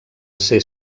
ser